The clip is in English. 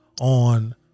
on